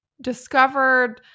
discovered